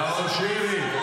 נאור שירי,